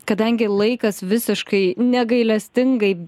kadangi laikas visiškai negailestingai